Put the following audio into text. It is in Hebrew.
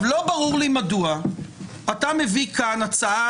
לא ברור לי מדוע אתה מביא כאן הצעה